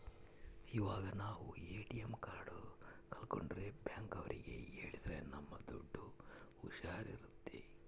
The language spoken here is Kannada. ಇವಾಗ ನಾವ್ ಎ.ಟಿ.ಎಂ ಕಾರ್ಡ್ ಕಲ್ಕೊಂಡ್ರೆ ಬ್ಯಾಂಕ್ ಅವ್ರಿಗೆ ಹೇಳಿದ್ರ ನಮ್ ದುಡ್ಡು ಹುಷಾರ್ ಇರುತ್ತೆ